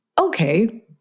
okay